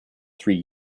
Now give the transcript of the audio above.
three